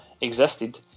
existed